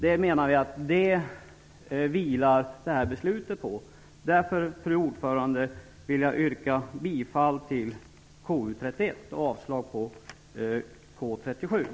Vi menar att beslutet vilar på det här. Därför vill jag yrka bifall till hemställan i KU:s betänkande nr 31